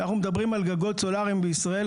כשאנחנו מדברים על גגות סולריים בישראל,